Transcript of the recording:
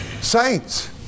Saints